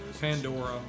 Pandora